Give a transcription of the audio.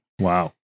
Wow